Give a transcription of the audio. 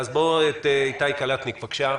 נתחיל עם איתי קלטניק, בבקשה.